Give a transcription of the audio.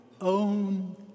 own